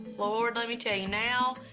lord let me tell you, now,